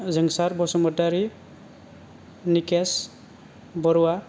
Jongsar Basumatary Nikesh Baruah